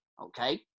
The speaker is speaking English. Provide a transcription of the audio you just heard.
okay